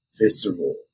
visceral